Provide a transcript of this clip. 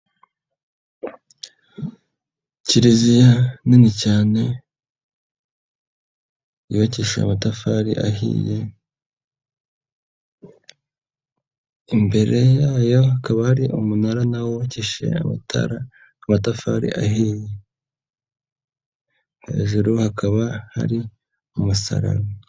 Kiliziya nini cyane yubakishije amatafari ahiye, imbere yayo hakaba ari umunara na wo wubakishije amatara amatafari ahiye, hejuru hakaba hari umusaraba.